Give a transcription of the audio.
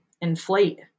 inflate